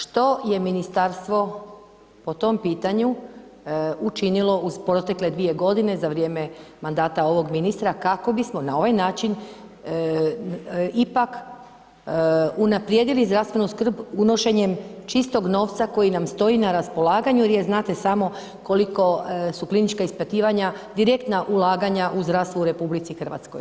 Što je ministarstvo po tom pitanju učinilo u protekle 2 g. za vrijeme mandata ovog ministra kako bismo na ovaj način ipak unaprijedili zdravstvenu skrb unošenjem čistog novca koji nam stoji na raspolaganju jer znate samo koliko su klinička ispitivanja direktna ulaganja u zdravstvo u RH.